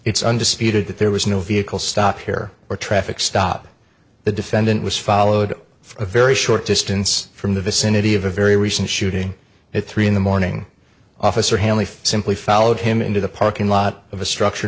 it's undisputed that there was no vehicle stop here or traffic stop the defendant was followed a very short distance from the vicinity of a very recent shooting at three in the morning officer hanley simply followed him into the parking lot of a structure